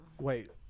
Wait